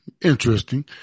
Interesting